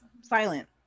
silent